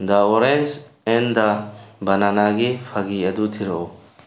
the orange and the ꯕꯅꯥꯅꯥꯒꯤ ꯐꯥꯒꯤ ꯑꯗꯨ ꯊꯤꯔꯛꯎ